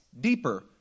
deeper